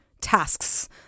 tasks